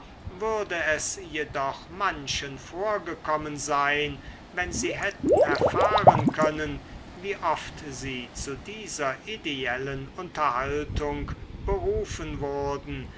würde es jedoch manchen vorgekommen sein wenn sie hätten erfahren können wie oft sie zu dieser ideellen unterhaltung berufen wurden